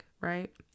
right